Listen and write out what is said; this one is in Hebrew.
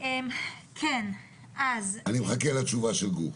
אני מחכה לתשובה של גור.